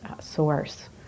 source